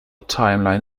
timeline